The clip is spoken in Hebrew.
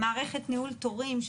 מערכת ניהול תורים,